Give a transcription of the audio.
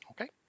Okay